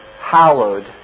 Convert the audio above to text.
hallowed